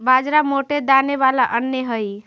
बाजरा मोटे दाने वाला अन्य हई